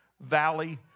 valley